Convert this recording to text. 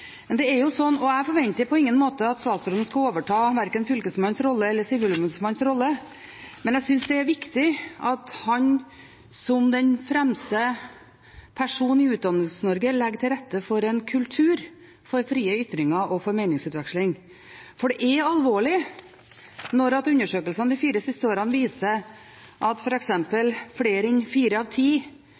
Jeg forventer på ingen måte at statsråden skal overta verken Fylkesmannens eller Sivilombudsmannens rolle, men jeg synes det er viktig at han som den fremste person i Utdannings-Norge legger til rette for en kultur for frie ytringer og for meningsutveksling. Det er alvorlig når undersøkelsene de fire siste årene viser at f.eks. flere enn fire av ti